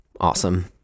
Awesome